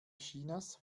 chinas